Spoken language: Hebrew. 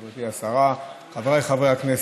גברתי השרה, חבריי חברי הכנסת,